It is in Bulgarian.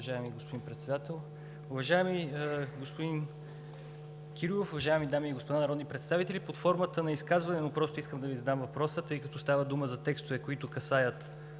уважаеми господин Председател. Уважаеми господин Кирилов, уважаеми дами и господа народни представители! Под формата на изказване, но просто искам да Ви задам въпроса, тъй като става дума за текстове, които касаят